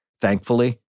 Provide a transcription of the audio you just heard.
Thankfully